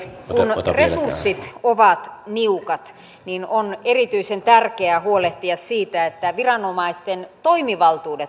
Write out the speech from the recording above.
kun resurssit ovat niukat niin on erityisen tärkeää huolehtia siitä että viranomaisten toimivaltuudet ovat riittävät